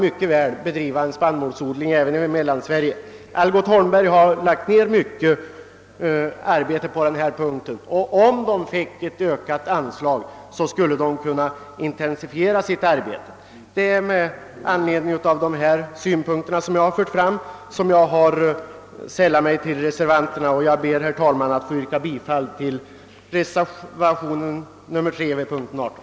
Algot Holmberg och Söner har lagt ned mycket arbete på den saken, och om företaget fick ett ökat anslag skulle det kunna intensifiera sitt arbete. Det är med anledning av det jag här har anfört som jag har sällat mig till reservanterna, och jag yrkar bifall till reservationen 3 vid punkt 18.